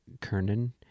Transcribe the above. Kernan